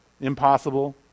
Impossible